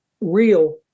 real